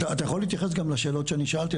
אתה יכול להתייחס גם לשאלות שאני שאלתי,